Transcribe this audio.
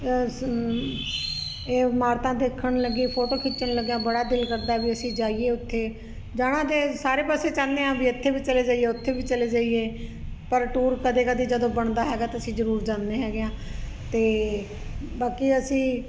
ਇਮਾਰਤਾਂ ਦੇਖਣ ਲੱਗੇ ਫ਼ੋਟੋ ਖਿੱਚਣ ਲੱਗਿਆਂ ਬੜਾ ਦਿਲ ਕਰਦਾ ਐ ਵੀ ਅਸੀਂ ਜਈਏ ਓਥੇ ਜਾਣਾ ਤੇ ਸਾਰੇ ਪਾਸੇ ਚਾਂਨੇ ਆਂ ਵੀ ਐਥੇ ਵੀ ਚਲੇ ਜਈਏ ਓਥੇ ਵੀ ਚਲੇ ਜਈਏ ਪਰ ਟੂਰ ਕਦੇ ਕਦੇ ਜਦੋਂ ਬਣਦਾ ਹੈਗਾ ਤਾਂ ਅਸੀਂ ਜਰੂਰ ਜਾਨੇ ਹੈਗੇ ਆਂ ਤੇ ਬਾਕੀ ਅਸੀਂ